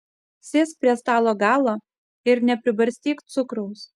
sėsk prie stalo galo ir nepribarstyk cukraus